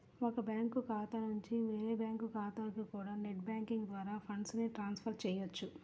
ఒక బ్యాంకు ఖాతా నుంచి వేరే బ్యాంకు ఖాతాకి కూడా నెట్ బ్యాంకింగ్ ద్వారా ఫండ్స్ ని ట్రాన్స్ ఫర్ చెయ్యొచ్చు